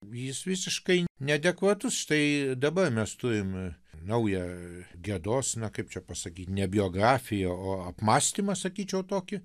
jis visiškai neadekvatus štai dabar mes turim naują gedos na kaip čia pasakyt ne biografiją o apmąstymą sakyčiau tokį